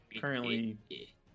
Currently